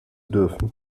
dürfen